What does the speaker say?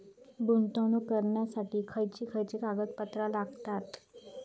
गुंतवणूक करण्यासाठी खयची खयची कागदपत्रा लागतात?